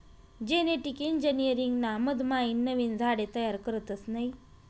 genetic engineering ना मधमाईन नवीन झाडे तयार करतस नयी